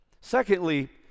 Secondly